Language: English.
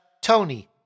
Tony